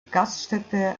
gaststätte